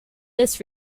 this